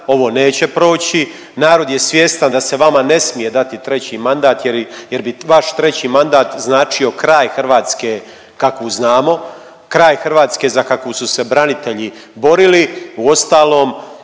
ovo neće proći. Narod je svjestan da se vama ne smije dati treći mandat jer bi vaš treći mandat značio kraj Hrvatske kakvu znamo, kraj Hrvatske za kakvu su se branitelji borili. Uostalom